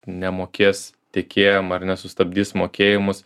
nemokės tiekėjam ar ne sustabdys mokėjimus